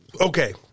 Okay